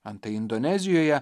antai indonezijoje